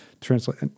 translate